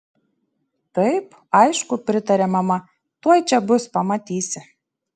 taip aišku pritarė mama tuoj čia bus pamatysi